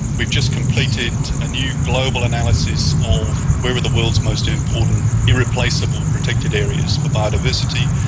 we've just completed a new global analysis of where are the world's most important irreplaceable protected areas for biodiversity,